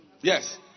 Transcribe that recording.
Yes